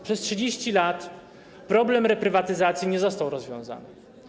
Przez 30 lat problem reprywatyzacji nie został rozwiązany.